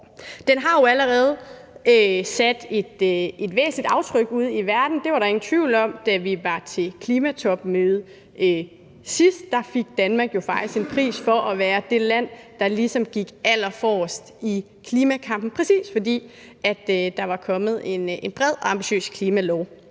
Den har jo allerede sat et væsentligt aftryk ude i verden. Det var der ingen tvivl om, da vi var til klimatopmøde sidst. Der fik Danmark jo faktisk en pris for at være det land, der ligesom gik allerforrest i klimakampen, præcis fordi der var kommet en bred og ambitiøs klimalov.